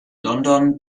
london